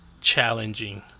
challenging